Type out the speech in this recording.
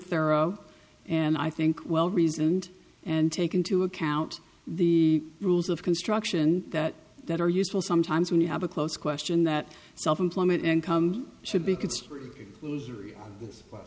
thorough and i think well reasoned and take into account the rules of construction that that are useful sometimes when you have a close question that self employment income should be